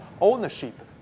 ownership